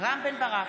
רם בן ברק,